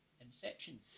Inception